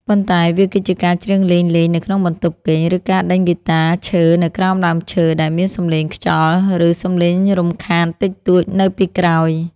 ប៉ុន្តែវាគឺជាការច្រៀងលេងៗនៅក្នុងបន្ទប់គេង ឬការដេញហ្គីតាឈើនៅក្រោមដើមឈើ ដែលមានសំឡេងខ្យល់ ឬសំឡេងរំខានតិចតួចនៅពីក្រោយ។